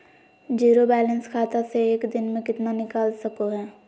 Zero balance खाता से एक दिन में कितना निकाल सको है?